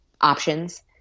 options